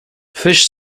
fish